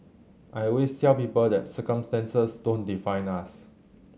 I always cell people that circumstances don't define us